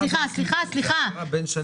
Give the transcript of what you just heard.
סליחה, העברה בין שנים.